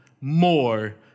more